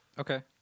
okay